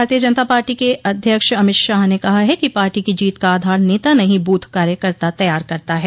भारतीय जनता पार्टी के अध्यक्ष अमित शाह ने कहा है कि पार्टी की जीत का आधार नेता नहीं बूथ कार्यकर्ता तैयार करता है